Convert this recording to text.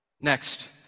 Next